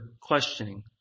questioning